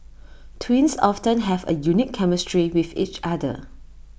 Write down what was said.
twins often have A unique chemistry with each other